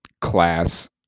class